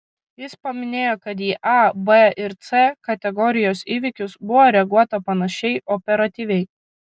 jis paminėjo kad į a b ir c kategorijos įvykius buvo reaguota panašiai operatyviai